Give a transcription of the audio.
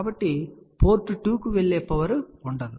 కాబట్టి పోర్ట్ 2 కి వెళ్ళే పవర్ఉండదు